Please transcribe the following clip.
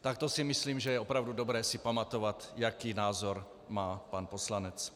Tak to si myslím, že je opravdu dobré si pamatovat, jaký názor má pan poslanec.